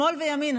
שמאל וימין,